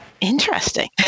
interesting